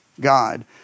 God